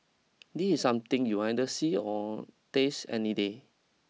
this is something you'll either see or taste any day